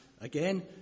again